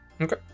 Okay